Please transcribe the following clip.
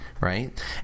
right